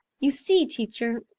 you see, teacher,